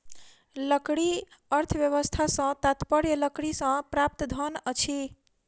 लकड़ी अर्थव्यवस्था सॅ तात्पर्य लकड़ीसँ प्राप्त धन अछि